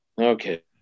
Okay